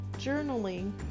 journaling